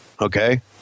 Okay